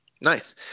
Nice